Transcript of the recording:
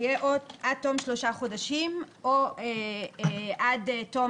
יהיה "עד תום שלושה חודשים או עד תום